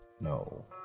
no